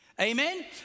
Amen